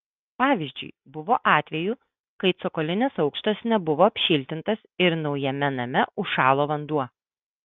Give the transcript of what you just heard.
pavyzdžiui buvo atvejų kai cokolinis aukštas nebuvo apšiltintas ir naujame name užšalo vanduo